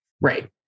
Right